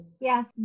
Yes